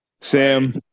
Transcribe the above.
Sam